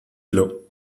below